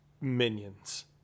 minions